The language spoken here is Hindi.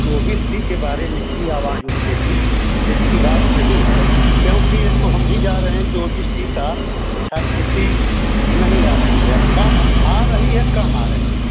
ओ बी सी के बारे में भी आवाज उठेगी ऐसी बात नहीं है क्योंकि ये तो हम भी जान रहे हैं कि ओ बी सी का छात्रवृत्ति नहीं आ रही है कम आ रही है कम आ रही है